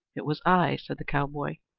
it was i, said the cowboy.